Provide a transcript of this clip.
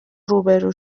روبرو